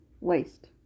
waste